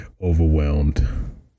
overwhelmed